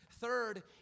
Third